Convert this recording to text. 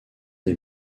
des